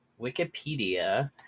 Wikipedia